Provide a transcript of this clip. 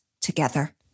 together